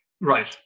right